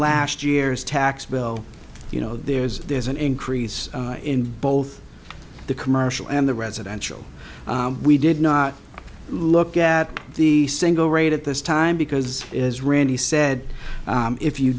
last year's tax bill you know there is there is an increase in both the commercial and the residential we did not look at the single rate at this time because it is randy said if you